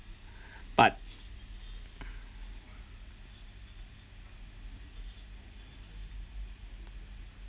but